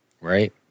Right